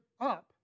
up